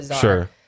sure